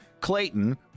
Clayton